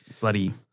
Bloody